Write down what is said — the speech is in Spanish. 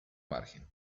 margen